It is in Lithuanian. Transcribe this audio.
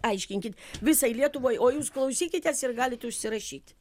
aiškinkit visai lietuvai o jūs klausykitės ir galit užsirašyt